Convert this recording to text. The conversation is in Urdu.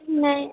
نہیں